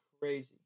crazy